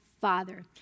father